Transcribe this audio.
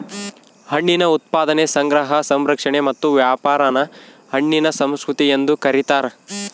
ಹಣ್ಣಿನ ಉತ್ಪಾದನೆ ಸಂಗ್ರಹ ಸಂಸ್ಕರಣೆ ಮತ್ತು ವ್ಯಾಪಾರಾನ ಹಣ್ಣಿನ ಸಂಸ್ಕೃತಿ ಎಂದು ಕರೀತಾರ